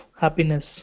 happiness